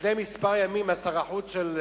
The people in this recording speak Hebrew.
לפני מספר ימים אמר שר החוץ של